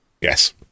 Yes